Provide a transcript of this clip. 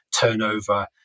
turnover